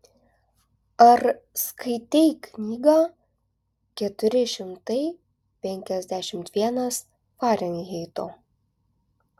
ar skaitei knygą keturi šimtai penkiasdešimt vienas farenheito